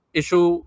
issue